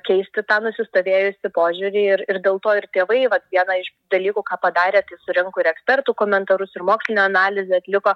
keisti tą nusistovėjusį požiūrį ir ir dėl to ir tėvai vat vieną iš dalykų ką padarė tai surinko ir ekspertų komentarus ir mokslinę analizę atliko